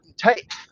tight